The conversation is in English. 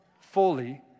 fully